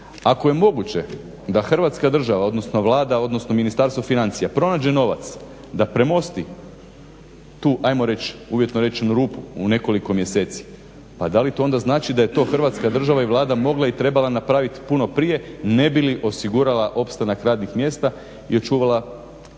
Ako je moguće da Hrvatska država, odnosno Vlada, odnosno Ministarstvo financija pronađe novac da premosti tu ajmo reći uvjetno rečeno rupu u nekoliko mjeseci pa da li to onda znači da je to Hrvatska država i Vlada mogla i trebala napraviti puno prije ne bi li osigurala opstanak radnih mjesta i očuvala